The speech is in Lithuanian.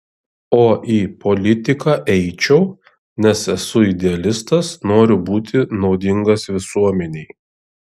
o į politiką eičiau nes esu idealistas noriu būti naudingas visuomenei